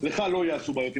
לך לא יעשו בעיות.